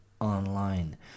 online